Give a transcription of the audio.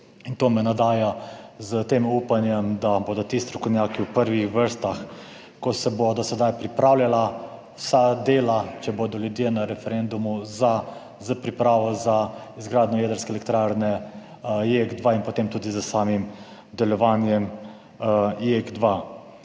To me navdaja z upanjem, da bodo ti strokovnjaki v prvih vrstah, ko se bodo sedaj pripravljala vsa dela, če bodo ljudje na referendumu za, za pripravo za izgradnjo jedrske elektrarne JEK2 in potem tudi za samo delovanje JEK2.